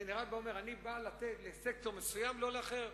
זה נראה כאומר: אני בא לתת לסקטור מסוים ולא לאחר.